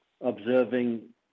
observing